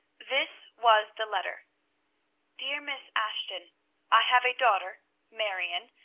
this was the letter dear miss ashton i have a daughter marion,